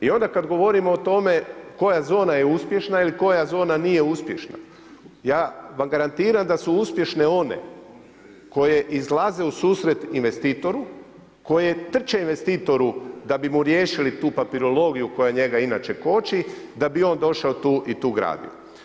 I onda kada govorimo o tome koja zone je uspješna ili koja zona nije uspješna, ja vam garantiram da su uspješne one koje izlaze u susret investitoru, koje trče investitoru da bi mu riješili tu papirologiju koja njega inače koči da bi on došao tu i tu graditi.